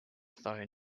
thrown